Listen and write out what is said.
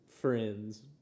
friends